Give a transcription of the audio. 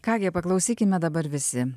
ką gi paklausykime dabar visi